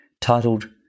titled